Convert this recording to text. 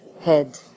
head